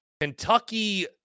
Kentucky